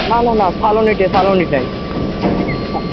না না না সালোনীটা সালোনীটাই